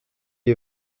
est